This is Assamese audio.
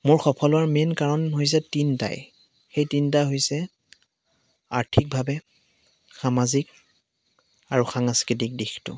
মোৰ সফলৰ মেইন কাৰণ হৈছে তিনিটাই সেই তিনিটা হৈছে আৰ্থিকভাৱে সামাজিক আৰু সাংস্কৃতিক দিশটো